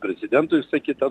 prezidento išsakyta